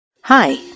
Hi